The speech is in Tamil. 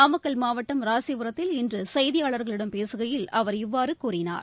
நாமக்கல் மாவட்டம் ராசிபுரத்தில் இன்று செய்தியாளர்களிடம் பேசுகையில் அவர் இவ்வாறு கூறினார்